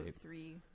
three